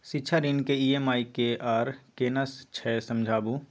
शिक्षा ऋण के ई.एम.आई की आर केना छै समझाबू?